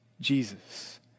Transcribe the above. Jesus